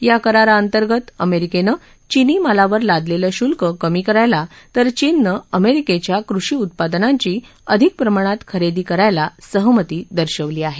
या कराराअंतर्गत अमेरिकेनं चीनी मालावर लादलेलं शुल्क कमी करायला तर चीननं अमेरिकेच्या कृषी उत्पादनांची अधिक प्रमाणात खरेदी करायला सहमती दर्शवली आहे